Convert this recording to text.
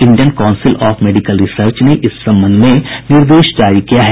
Indian council of medical research ने इस संबंध में निर्देश जारी किया है